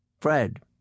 Fred